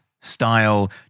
style